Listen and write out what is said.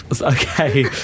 Okay